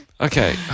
Okay